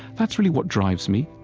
that's really what drives me.